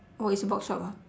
oh it's a box shop ah